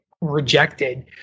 rejected